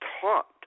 taught